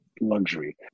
luxury